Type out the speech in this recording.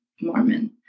Mormon